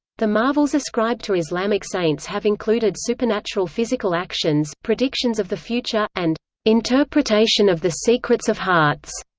the marvels ascribed to islamic saints have included supernatural physical actions, predictions of the future, and interpretation of the secrets of hearts.